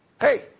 Hey